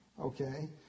Okay